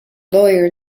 lawyer